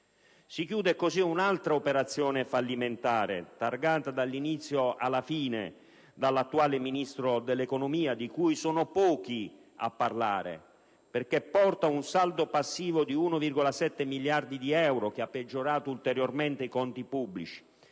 Si chiude così un'altra operazione fallimentare, targata dall'inizio alla fine dall'attuale Ministro dell'economia, di cui sono in pochi a parlare, che presenta un saldo passivo di 1,7 miliardi di euro (che ha peggiorato ulteriormente i conti pubblici)